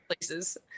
places